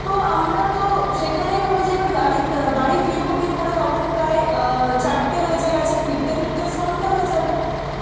তো আমরা তো সেখানেই ভাবি যে এবার গাড়ির বাড়ি ফিরবো কী করে তখন প্রায় চারটে বেজে গেছে ফিরতে ফিরতে সন্ধে হয়ে যাবে